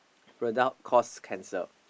product cause cancer